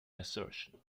assertion